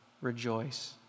rejoice